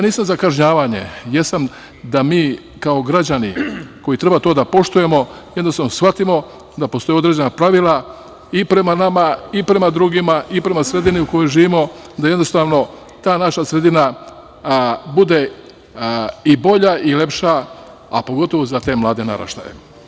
Nisam za kažnjavanje, jesam da mi kao građani koji to treba da poštujemo, jednostavno shvatimo da postoje određena pravila i prema nama i prema drugima i prema sredini u kojoj živimo, da jednostavno ta naša sredina bude i bolja i lepša, a pogotovo za te mlade naraštaje.